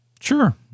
sure